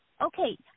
okay